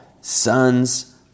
sons